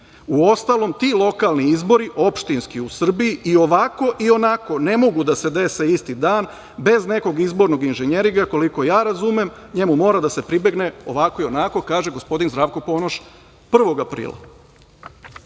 Uostalom, ti lokalni izbori opštinski u Srbiji i ovako i onako ne mogu da se dese isti dan bez nekog izbornog inženjeringa, koliko ja razumem, njemu mora da se pribegne ovako i onako, kaže gospodin Zdravko Ponoš 1. aprila. Zatim,